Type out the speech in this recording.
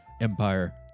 empire